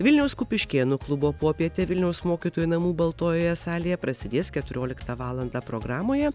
vilniaus kupiškėnų klubo popietė vilniaus mokytojų namų baltojoje salėje prasidės keturioliktą valandą programoje